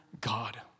God